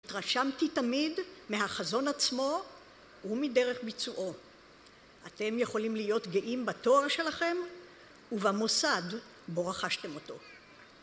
התרשמתי תמיד מהחזון עצמו ומדרך ביצועו. אתם יכולים להיות גאים בתואר שלכם ובמוסד בו רכשתם אותו.